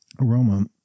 Aroma